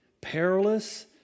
perilous